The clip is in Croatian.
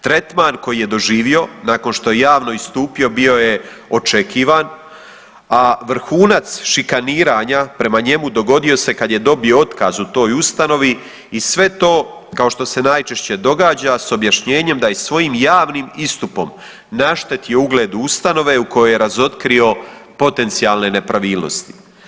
Tretman koji je doživio nakon što je javno istupio bio je očekivan, a vrhunac šikaniranja prema njemu dogodio se kad je dobio otkaz u toj ustanovi i sve to kao što se najčešće događa s objašnjenjem da je svojim javnim istupom naštetio ugled ustanove u kojoj je razotkrio potencijalne nepravilnosti.